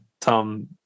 Tom